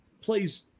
plays